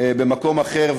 במועד אחר.